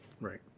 Right